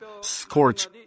scorch